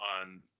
on